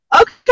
Okay